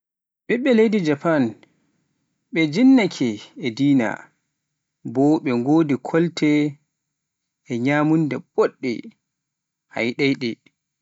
ɓiɓɓe leydi Amerik, ɓe jinnaaki e dina, amma ɓe wodi kolte boɗɗe a yiɗai ɗe.